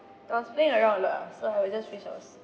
I was playing around lah so I will just reach ours